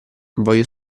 voglio